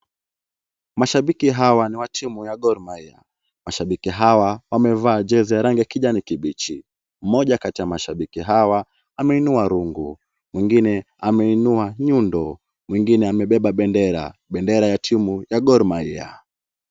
Mashabiki hawa ni wa timu ya gor mahia. Mashabiki hawa wamevaa jezi ya rangi ya kijani kibichi. Mmoja Kati ya mashabiki hawa ameinua rungu, mwingine ameinua nyundo, mwingine amebeba bendera. Bendera ya timu ya gor mahia.